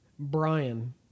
Brian